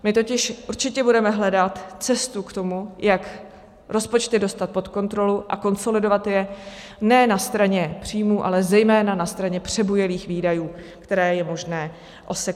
My totiž určitě budeme hledat cestu k tomu, jak rozpočty dostat pod kontrolu a konsolidovat je ne na straně příjmů, ale zejména na straně přebujelých výdajů, které je možné osekat.